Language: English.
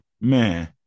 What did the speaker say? Man